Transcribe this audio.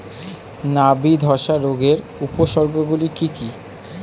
নাবি ধসা রোগের উপসর্গগুলি কি কি?